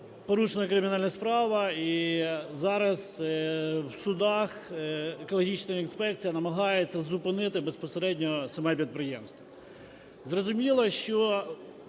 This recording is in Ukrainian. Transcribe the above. порушена кримінальна справа. І зараз в судах екологічна інспекція намагається зупинити безпосередньо саме підприємство.